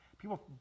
people